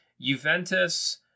Juventus